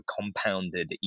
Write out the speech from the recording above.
compounded